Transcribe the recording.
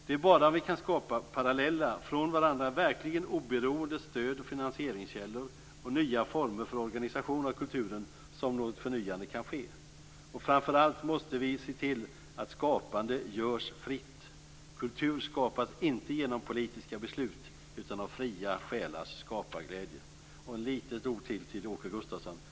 Det är bara om vi kan skapa parallella från varandra verkligen oberoende stöd och finansieringskällor och nya former för organisationer i kulturen som något förnyande kan ske. Framför allt måste vi se till att skapande görs fritt. Kultur skapas inte genom politiska beslut utan av fria själars skaparglädje. Ett litet ord till Åke Gustavsson.